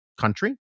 country